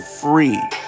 free